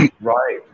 right